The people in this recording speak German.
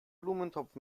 blumentopf